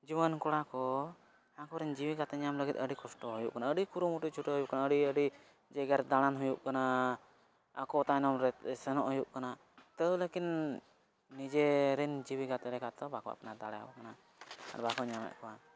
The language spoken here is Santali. ᱡᱩᱣᱟᱹᱱ ᱠᱚᱲᱟᱠᱚ ᱟᱠᱚᱨᱮᱱ ᱡᱤᱣᱤ ᱜᱟᱛᱮ ᱧᱟᱢ ᱞᱟᱜᱤᱫ ᱟᱹᱰᱤ ᱠᱚᱥᱴᱚ ᱦᱩᱭᱩᱜ ᱠᱟᱱᱟ ᱟᱹᱰᱤ ᱠᱩᱨᱩᱢᱩᱴᱩ ᱪᱷᱩᱴᱟᱹᱣ ᱦᱩᱭᱩᱜ ᱠᱟᱱᱟ ᱟᱹᱰᱤᱼᱟᱹᱰᱤ ᱡᱟᱭᱜᱟᱨᱮ ᱫᱟᱬᱟᱱ ᱦᱩᱭᱩᱜ ᱠᱟᱱᱟ ᱟᱠᱚ ᱛᱟᱭᱱᱚᱢᱨᱮ ᱥᱮᱱᱚᱜ ᱦᱩᱭᱩᱜ ᱠᱟᱱᱟ ᱛᱟᱹᱣ ᱞᱮᱠᱤᱱ ᱱᱤᱡᱮᱨᱤᱱ ᱡᱤᱣᱤ ᱜᱟᱛᱮ ᱞᱮᱠᱟ ᱛᱮᱫᱚ ᱵᱟᱠᱚ ᱟᱯᱱᱟᱨ ᱫᱟᱲᱮᱭᱟᱠᱚ ᱠᱟᱱᱟ ᱟᱨ ᱵᱟᱠᱚ ᱧᱟᱢᱮᱫ ᱠᱚᱣᱟ